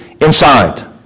inside